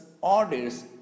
orders